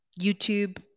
YouTube